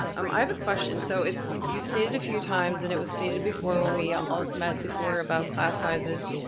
um i have a question, so it's, you've stated a few times and it was stated before when we all met before about class sizes,